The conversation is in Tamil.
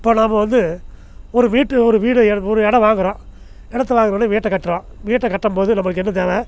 இப்போ நாம் வந்து ஒரு வீட்டு ஒரு வீடு ஒரு இடம் வாங்கறோம் இடத்த வாங்குனோடனே வீட்டை கட்டுறோம் வீட்டை கட்டும்போது நம்மளுக்கு என்ன தேவை